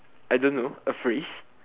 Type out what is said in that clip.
I don't know a phrase